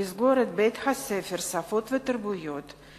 לסגור את בית-הספר "שפות ותרבויות",